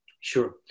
sure